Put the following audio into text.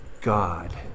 God